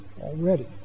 already